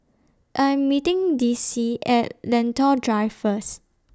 I Am meeting Dicie At Lentor Drive First